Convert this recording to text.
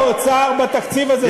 שר האוצר בתקציב הזה עשה,